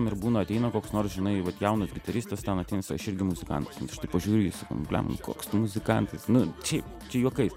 ir būna ateina koks nors žinai vat jaunas gitaristas ten ateina sa aš irgi muzikantas nu aš taip pažiūriu į jį sakau nu blemba nu koks tu muzikantas nu šiaip čia juokais